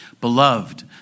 Beloved